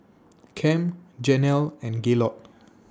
Kem Janell and Gaylord